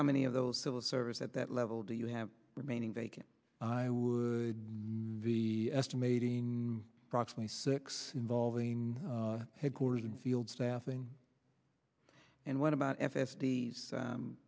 how many of those civil service at that level do you have remaining vacant i would the estimating approximately six involving headquarters and field staffing and what about